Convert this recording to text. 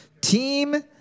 Team